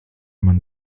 mani